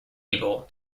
able